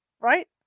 right